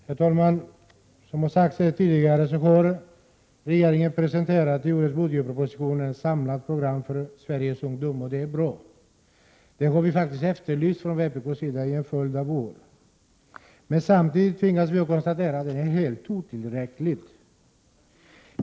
Herr talman! Som sagts tidigare har regeringen i årets budgetproposition presenterat ett samlat program för Sveriges ungdom. Det är bra. Det har vi faktiskt efterlyst från vpk:s sida i en följd av år. Men samtidigt tvingas vi konstatera att programmet är helt otillräckligt.